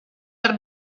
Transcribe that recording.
per